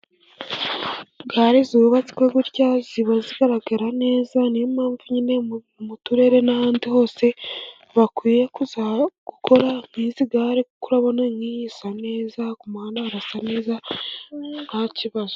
Gare zubatswe gutya ziba zigaragara neza, niyo mpamvu nyine mu turere n'ahandi hose bakwiye gukora nkizi gare, kuko urabona nk'iyi isa neza, umuhanda urasa neza nta kibazo.